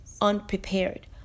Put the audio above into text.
unprepared